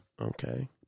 Okay